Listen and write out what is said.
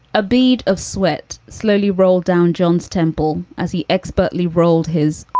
a bead of sweat slowly rolled down john's temple as he expertly rolled his.